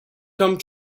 come